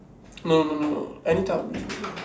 no no no no no any type of beef also